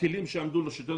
הכלים שעמדו לרשותנו,